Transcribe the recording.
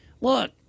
look